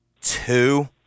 two